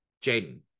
Jaden